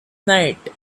night